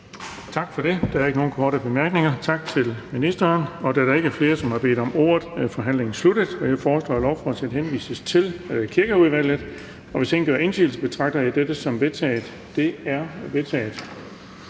Bonnesen): Der er ikke nogen korte bemærkninger. Tak til ministeren. Da der ikke er flere, som har bedt om ordet, er forhandlingen sluttet. Jeg foreslår, at lovforslaget henvises til Kirkeudvalget. Hvis ingen gør indsigelse, betragter jeg dette som vedtaget. Det er vedtaget.